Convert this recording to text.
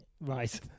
Right